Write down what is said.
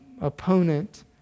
opponent